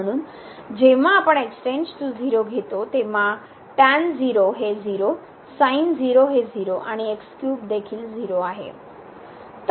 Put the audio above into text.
म्हणून जेव्हा आपण x → 0 घेतो तेव्हाहे 0हे 0 आणि देखील 0 आहे